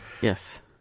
Yes